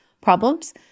problems